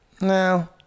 No